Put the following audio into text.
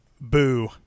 Boo